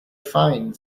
fine